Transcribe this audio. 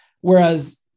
Whereas